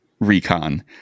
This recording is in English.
recon